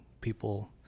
people